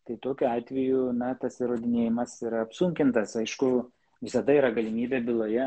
tai tokiu atveju na tas įrodinėjimas yra apsunkintas aišku visada yra galimybė byloje